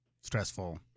stressful